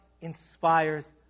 inspires